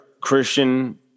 Christian